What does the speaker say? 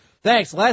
Thanks